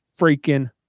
freaking